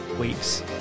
weeks